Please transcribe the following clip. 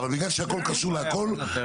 אבל בגלל שהכל קשור להכל,